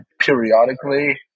periodically